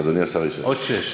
עוד שש.